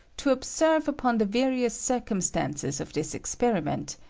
to ob serve upon the various circumstances of this experiment,